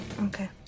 Okay